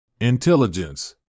Intelligence